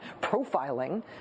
profiling